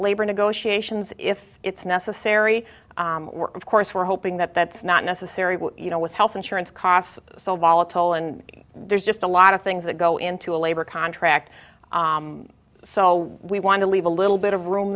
labor negotiations if it's necessary of course we're hoping that that's not necessary you know with health insurance costs so volatile and there's just a lot of things that go into a labor contract so we want to leave a little bit of room